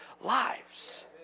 lives